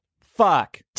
Fuck